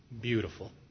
beautiful